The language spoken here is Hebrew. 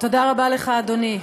תודה רבה לך, אדוני.